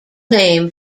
name